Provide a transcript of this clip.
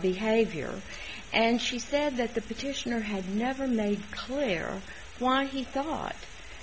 behavior and she said that the petitioner had never made clear one he thought